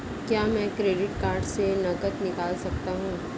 क्या मैं credit card से नकद निकाल सकता हूँ?